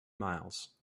miles